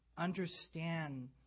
understand